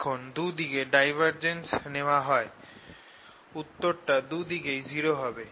যখন দু দিকে ডাইভারজেন্স নেওয়া হয় উত্তরটা দু দিকেই 0 হবে